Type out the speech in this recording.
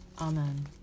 Amen